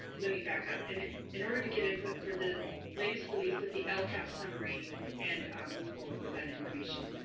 let me back up, and in order to get input for the latest release of the lcap summary, and move forward with that information.